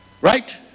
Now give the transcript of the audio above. right